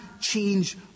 change